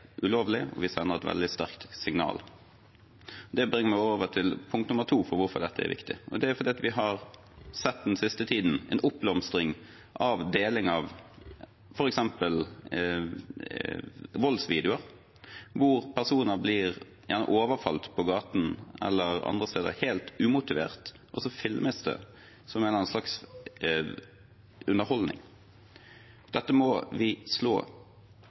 ulovlig, og vi sender et veldig sterkt signal. Det bringer meg over til punkt nummer to for hvorfor dette er viktig. Det er fordi vi den siste tiden har sett en oppblomstring av deling av f.eks. voldsvideoer hvor personer helt umotivert blir overfalt på gaten eller andre steder, og så filmes det – som en eller annen slags underholdning. Dette må vi slå